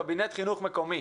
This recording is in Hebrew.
קבינט חינוך מקומי,